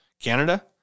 Canada